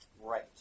Right